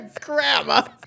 grandma